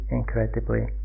incredibly